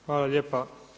Hvala lijepa.